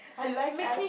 I like I